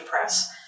press